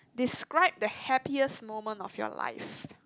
describe the happiest moment of your life